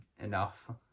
enough